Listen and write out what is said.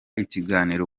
ikiganiro